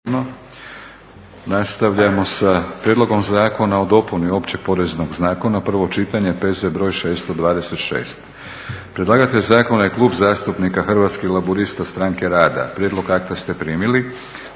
Nastavljamo sa 7. Prijedlog zakona o dopuni Općeg poreznog zakona, prvo čitanje, P.Z. br. 626 Predlagatelj zakona je Klub zastupnika Hrvatskih laburista – Stranke rada. Prijedlog akta ste primili.